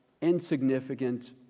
insignificant